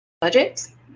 Budgets